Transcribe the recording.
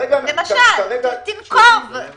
תנקוב.